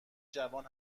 جوان